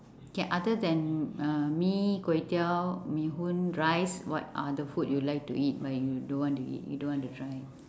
okay other than uh mee kway-teow bee-hoon rice what other food you like to eat but you don't want to eat you don't want to try